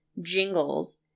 jingles